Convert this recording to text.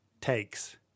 takes